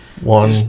one